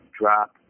drop